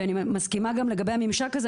ואני מסכימה גם לגבי הממשק הזה,